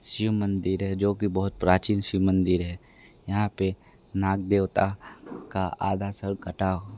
शिव मंदिर है जो की बहुत प्राचीन शिव मंदिर है यहाँ पे नाग देवता का आधा सिर कटा